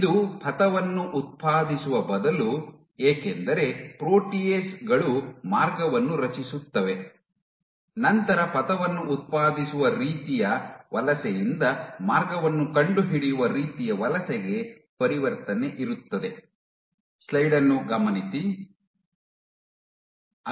ಇದು ಪಥವನ್ನು ಉತ್ಪಾದಿಸುವ ಬದಲು ಏಕೆಂದರೆ ಪ್ರೋಟಿಯೇಸ್ ಗಳು ಮಾರ್ಗವನ್ನು ರಚಿಸುತ್ತವೆ ನಂತರ ಪಥವನ್ನು ಉತ್ಪಾದಿಸುವ ರೀತಿಯ ವಲಸೆಯಿಂದ ಮಾರ್ಗವನ್ನು ಕಂಡುಹಿಡಿಯುವ ರೀತಿಯ ವಲಸೆಗೆ ಪರಿವರ್ತನೆ ಇರುತ್ತದೆ